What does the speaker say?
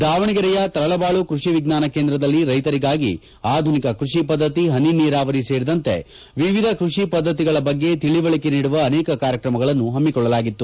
ದಾವಣಗೆರೆಯ ತರಳಬಾಳು ಕೃಷಿ ವಿಜ್ಞಾನ ಕೇಂದ್ರದಲ್ಲಿ ರೈತರಿಗಾಗಿ ಆಧುನಿಕ ಕೃಷಿ ಪದ್ದತಿ ಹನಿ ನೀರಾವರಿ ಸೇರಿದಂತೆ ವಿವಿಧ ಕೃಷಿ ಪದ್ದತಿಗಳ ಬಗ್ಗೆ ತಿಳವಳಿಕೆ ನೀಡುವ ಅನೇಕ ಕಾರ್ಯಕ್ರಮಗಳನ್ನು ಹಮ್ಮಿಕೊಳ್ಳಲಾಗಿತ್ತು